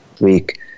week